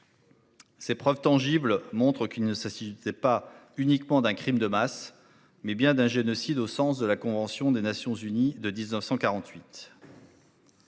Ces preuves tangibles montre qu'il ne ça si ne sais, pas uniquement d'un Crime de masse mais bien d'un génocide, au sens de la Convention des Nations unies de 1948.